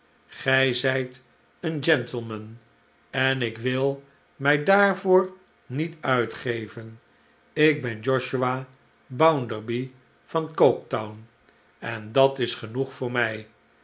gij zijt een gentleman en ik wil mij daarvoorniet uitgeven ik ben josiah bounderby van ok otown en dat is genoeg voor mij